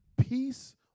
peace